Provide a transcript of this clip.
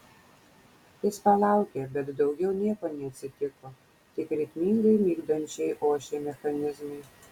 jis palaukė bet daugiau nieko neatsitiko tik ritmingai migdančiai ošė mechanizmai